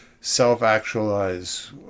self-actualize